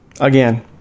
Again